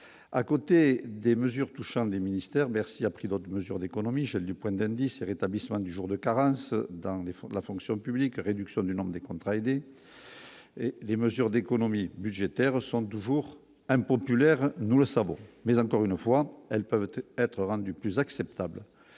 à côté des mesures touchant des ministères : Bercy a pris d'autres mesures d'économie, gel du point d'indice, le rétablissement du jour de carence dans les fonds de la fonction publique, la réduction du nombre des contrats aidés et les mesures d'économies budgétaires sont toujours impopulaires, nous le savons, mais encore une fois, elles peuvent peut-être être rendu plus acceptable